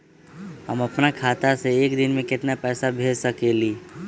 हम अपना खाता से एक दिन में केतना पैसा भेज सकेली?